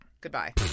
Goodbye